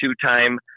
two-time